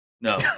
No